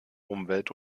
umwelt